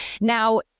Now